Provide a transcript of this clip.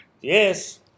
Yes